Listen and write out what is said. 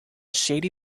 shady